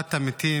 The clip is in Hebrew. תהלוכת המתים,